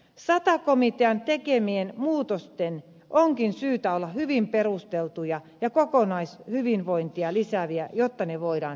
sata komitean tekemien muutosten onkin syytä olla hyvin perusteltuja ja kokonaishyvinvointia lisääviä jotta ne voidaan hyväksyä